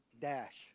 Dash